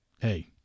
hey